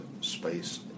space